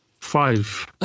Five